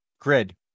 grid